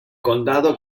condado